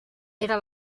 era